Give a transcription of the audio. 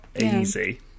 Easy